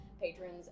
patrons